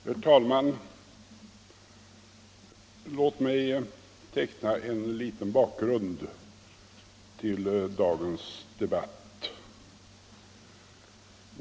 Herr talman! Låt mig teckna en liten bakgrund till dagens debatt.